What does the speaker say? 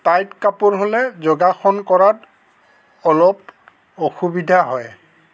tight কাপোৰ হ'লে যোগাসন কৰাত অলপ অসুবিধা হয়